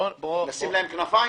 לשים להם כנפיים?